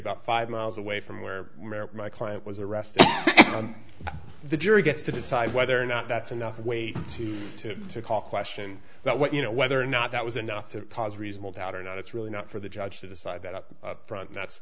about five miles away from where my client was arrested the jury gets to decide whether or not that's enough weight to to call question that you know whether or not that was enough to cause reasonable doubt or not it's really not for the judge to decide that up front that's that's